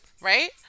Right